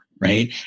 Right